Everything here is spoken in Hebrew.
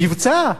מבצע,